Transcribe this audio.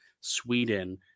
Sweden